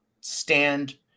stand